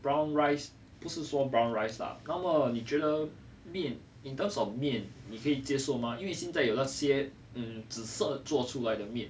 brown rice 不是说 brown rice lah 那么你觉得面 in terms of 面你可以接受吗因为现在有哪些嗯紫色做出来的面